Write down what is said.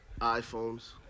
iPhones